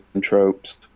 tropes